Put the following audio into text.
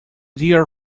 dear